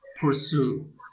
pursue